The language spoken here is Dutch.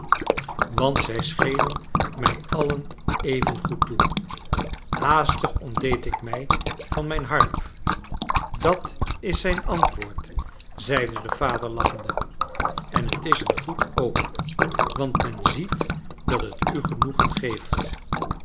want zij schenen mij allen even goed toe haastig ontdeed ik mij van mijn harp dat is zijn antwoord zeide de vader lachende en het is een goed ook want men ziet dat het u genoegen geeft